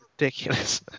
ridiculous